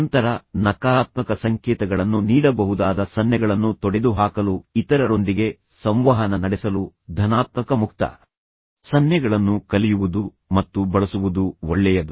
ನಂತರ ನಕಾರಾತ್ಮಕ ಸಂಕೇತಗಳನ್ನು ನೀಡಬಹುದಾದ ಸನ್ನೆಗಳನ್ನು ತೊಡೆದುಹಾಕಲು ಇತರರೊಂದಿಗೆ ಸಂವಹನ ನಡೆಸಲು ಧನಾತ್ಮಕ ಮುಕ್ತ ಸನ್ನೆಗಳನ್ನು ಕಲಿಯುವುದು ಮತ್ತು ಬಳಸುವುದು ಒಳ್ಳೆಯದು